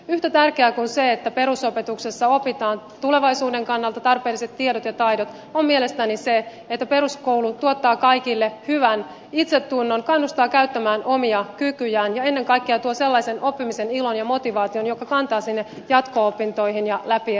yhtä tärkeää kuin se että perusopetuksessa opitaan tulevaisuuden kannalta tarpeelliset tiedot ja taidot on mielestäni se että peruskoulu tuottaa kaikille hyvän itsetunnon kannustaa käyttämään omia kykyjään ja ennen kaikkea tuo sellaisen oppimisen ilon ja motivaation joka kantaa sinne jatko opintoihin ja läpi elämän